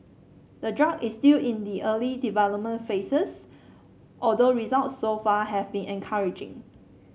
the drug is still in the early development phases although results so far have been encouraging